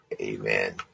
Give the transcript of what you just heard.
Amen